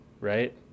Right